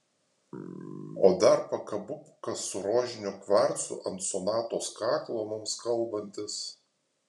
o dar pakabukas su rožiniu kvarcu ant sonatos kaklo mums kalbantis